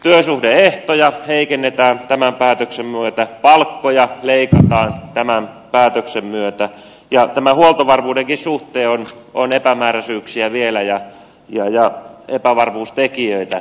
työsuhde ehtoja heikennetään tämän päätöksen myötä palkkoja leikataan tämän päätöksen myötä ja tämän huoltovarmuudenkin suhteen on vielä epämääräisyyksiä ja epävarmuustekijöitä